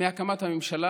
מאז הקמת הממשלה,